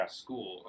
school